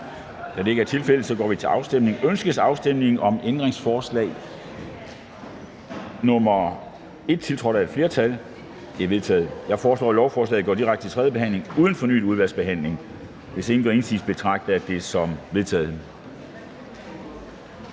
Afstemning Formanden (Henrik Dam Kristensen): Ønskes afstemning om ændringsforslag nr. 1-13, tiltrådt af udvalget? De er vedtaget. Jeg foreslår, at lovforslaget går direkte til tredje behandling uden fornyet udvalgsbehandling. Hvis ingen gør indsigelse, betragter jeg det som vedtaget.